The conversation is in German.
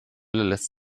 lässt